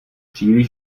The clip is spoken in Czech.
příliš